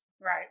right